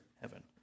heaven